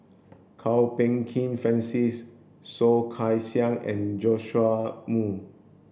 Kwok Peng Kin Francis Soh Kay Siang and Joash Moo